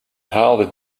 haalde